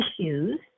issues